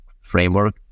framework